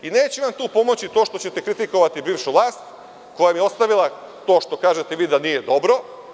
Neće vam tu pomoći to što ćete kritikovati bivšu vlast koja vam je ostavila to što vi kažete da nije dobro.